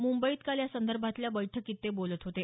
मुंबईत काल यासंदर्भातल्या बैठकीत ते बोलत होते